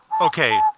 Okay